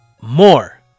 more